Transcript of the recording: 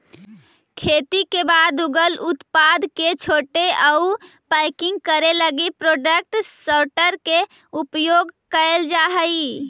खेती के बाद उगल उत्पाद के छाँटे आउ पैकिंग करे लगी प्रोडक्ट सॉर्टर के उपयोग कैल जा हई